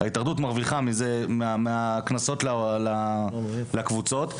ההתאחדות מרוויחה מהקנסות האלה לקבוצות.